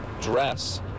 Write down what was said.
dress